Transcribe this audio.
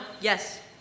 Yes